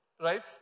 right